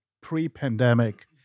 pre-pandemic